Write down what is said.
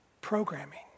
programming